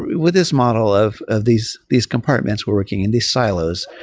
with this model of of these these compartments we're working and these silos,